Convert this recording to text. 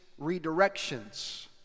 redirections